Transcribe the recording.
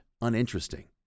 uninteresting